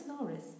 Norris